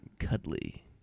Cuddly